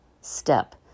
step